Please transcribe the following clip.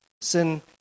sin